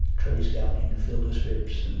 trees going into filter strips,